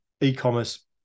e-commerce